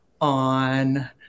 on